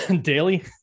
Daily